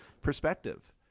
perspective